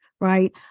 right